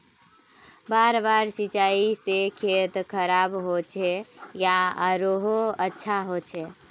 बार बार सिंचाई से खेत खराब होचे या आरोहो अच्छा होचए?